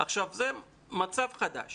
זה מצב חדש